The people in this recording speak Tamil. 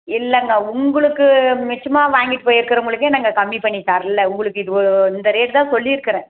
இல்லைங்க்கா உங்களுக்கு மிச்சமா வாங்கிட்டுப் போயிருக்கவங்களுக்கே நாங்கள் கம்மி பண்ணித் தரல உங்களுக்கு இது ஒ இந்த ரேட் தான் சொல்லிருக்கறேன்